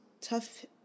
tough